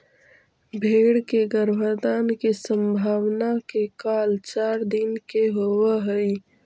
भेंड़ के गर्भाधान के संभावना के काल चार दिन के होवऽ हइ